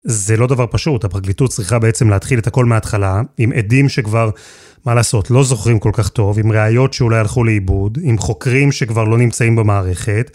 זה לא דבר פשוט, הפרקליטות צריכה בעצם להתחיל את הכל מההתחלה, עם עדים שכבר, מה לעשות? לא זוכרים כל כך טוב, עם ראיות שאולי הלכו לאיבוד, עם חוקרים שכבר לא נמצאים במערכת.